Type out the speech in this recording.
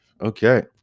okay